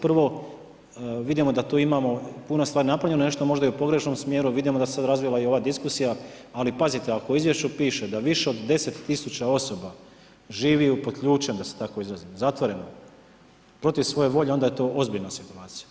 Prvo, vidimo da tu imamo puno stvari napravljeno, nešto možda i u pogrešnom smjeru, vidimo da se sad razvila i ova diskusija, ali pazite, ako u Izvješću piše da više od 10 tisuća osoba živi pod ključem, da se tako izrazim, zatvoreno protiv svoje volje, onda je to ozbiljna situacija.